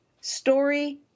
Story